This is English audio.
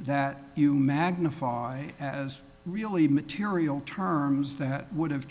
that you magnify as really material terms that would have